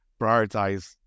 prioritize